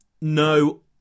No